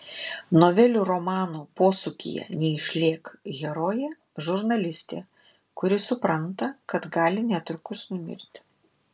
novelių romano posūkyje neišlėk herojė žurnalistė kuri supranta kad gali netrukus numirti